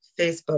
Facebook